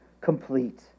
complete